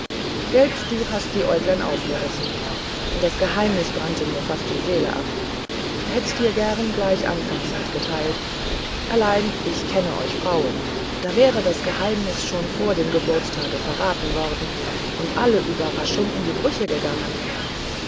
gelt du hast die äuglein aufgerissen das geheimnis brannte mir fast die seele ab hätt's dir gern gleich anfangs mitgeteilt allein ich kenne euch frauen da wäre das geheimnis schon vor dem geburtstage verraten worden und alle überraschung in die brüche gegangen